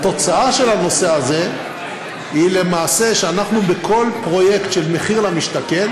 התוצאה של הנושא הזה היא למעשה שאנחנו בכל פרויקט של מחיר למשתכן